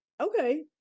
Okay